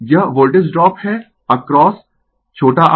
यह voltage drop है across छोटा r